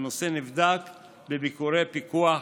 הנושא נבדק בביקורי פיקוח שוטפים.